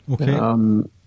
Okay